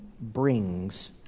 brings